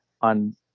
on